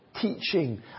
teaching